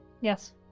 Yes